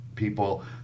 people